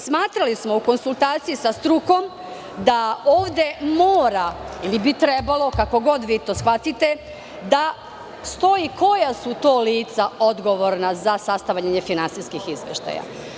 Smatrali smo, u konsultaciji sa strukom, da ovde mora ili bi trebalo, kako god vi to shvatite, da stoji koja su to lica odgovorna za sastavljanje finansijskih izveštaja.